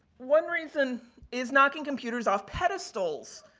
one reason is knocking computers off pedestals,